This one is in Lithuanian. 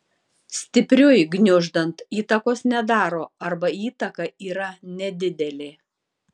stipriui gniuždant įtakos nedaro arba įtaka yra nedidelė